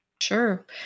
Sure